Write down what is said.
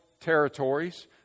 territories